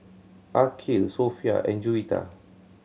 Aqil Sofea and Juwita